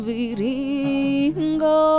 Viringo